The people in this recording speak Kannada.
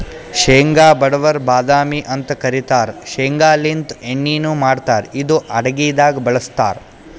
ಶೇಂಗಾ ಬಡವರ್ ಬಾದಾಮಿ ಅಂತ್ ಕರಿತಾರ್ ಶೇಂಗಾಲಿಂತ್ ಎಣ್ಣಿನು ಮಾಡ್ತಾರ್ ಇದು ಅಡಗಿದಾಗ್ ಬಳಸ್ತಾರ್